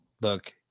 look